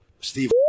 Steve